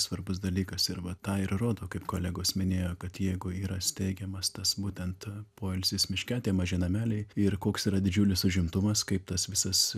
svarbus dalykas ir va tą ir rodo kaip kolegos minėjo kad jeigu yra steigiamas tas būtent poilsis miške tie maži nameliai ir koks yra didžiulis užimtumas kaip tas visas